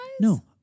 No